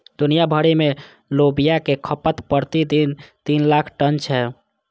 दुनिया भरि मे लोबिया के खपत प्रति दिन तीन लाख टन छै